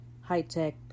high-tech